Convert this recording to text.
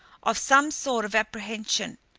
of some sort of apprehension.